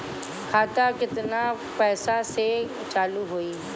खाता केतना पैसा से चालु होई?